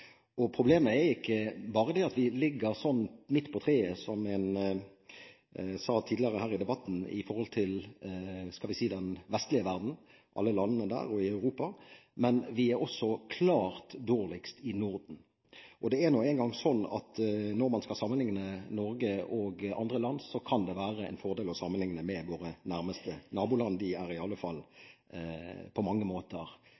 Problemet er ikke bare at vi ligger midt på treet, som man sa tidligere her i debatten, i forhold til alle land i den vestlige verden – og Europa – men vi er også klart dårligst i Norden. Det er nå engang slik at når man skal sammenlikne Norge med andre land, kan det være en fordel å sammenlikne oss med våre nærmeste naboland. De er iallfall på mange måter